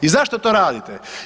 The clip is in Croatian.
I zašto to radite?